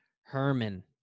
Herman